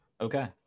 Okay